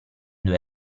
due